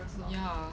ya